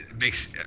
makes